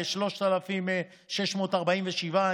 3,647,